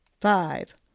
five